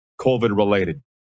COVID-related